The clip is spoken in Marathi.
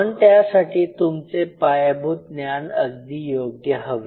पण त्यासाठी तुमचे पायाभूत ज्ञान अगदी योग्य हवे